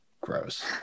Gross